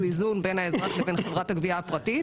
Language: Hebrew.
איזון בין האזרח לבין חברת הגבייה הפרטית.